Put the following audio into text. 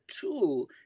tool